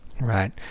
Right